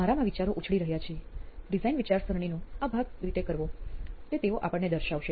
મારામાં વિચારો ઉછળી રહ્યા છે ડિઝાઇન વિચારસરણીનો આ ભાગ રીતે કરવો તે તેઓ આપણે દર્શાવશે